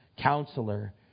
Counselor